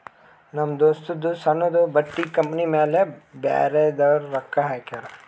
ನಮ್ ದೋಸ್ತದೂ ಸಣ್ಣುದು ಬಟ್ಟಿ ಕಂಪನಿ ಮ್ಯಾಲ ಬ್ಯಾರೆದವ್ರು ರೊಕ್ಕಾ ಹಾಕ್ಯಾರ್